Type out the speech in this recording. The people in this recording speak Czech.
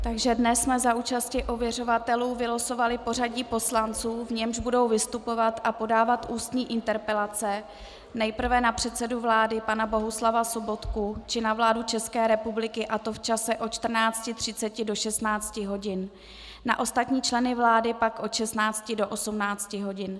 Takže dnes jsme za účasti ověřovatelů vylosovali pořadí poslanců, v němž budou vystupovat a podávat ústní interpelace, nejprve na předsedu vlády pana Bohuslava Sobotku či na vládu České republiky, a to v čase od 14.30 do 16 hodin, na ostatní členy vlády pak od 16 do 18 hodin.